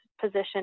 position